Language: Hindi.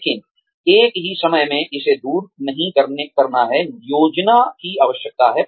लेकिन एक ही समय में इसे दूर नहीं करना है योजना की आवश्यकता है